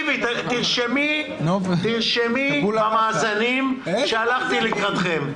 תרשמי במאזנים שהלכתי לקראתכם,